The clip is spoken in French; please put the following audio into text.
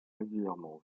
régulièrement